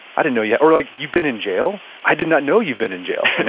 i didn't know yet. or like, you've been in jail? i did not know you've been in jail. and